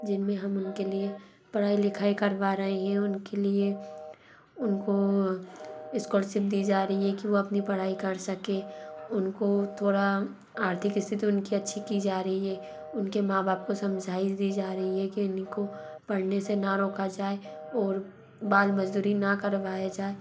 जिन में हम उनके लिए पढ़ाई लिखाई करवा रहे हैं उनके लिए उनको इस्कॉलरसिप दी जा रही है कि वो अपनी पढ़ाई कर सकें उनको थोड़ा आर्थिक स्थिति उनकी अच्छी की जा रही है उनके माँ बाप को समझाई दी जा रही है कि इनको पढ़ने से ना रोका जाए और बाल मज़दूरी ना करवाया जाए